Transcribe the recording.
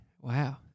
Wow